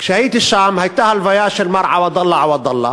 כשהייתי שם הייתה הלוויה של מר עוודאלה עוודאלה.